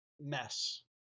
mess